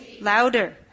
Louder